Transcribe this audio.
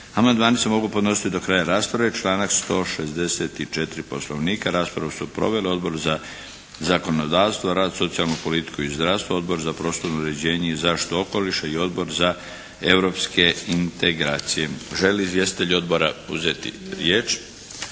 Amandmani se mogu podnositi do kraja rasprave, članak 164. Poslovnika. Raspravu su proveli Odbor za zakonodavstvo, rad, socijalnu politiku i zdravstvo, Odbor za prostorno uređenje i zaštitu okoliša i Odbor za europske integracije. Želi li izvjestitelj Odbora uzeti riječ?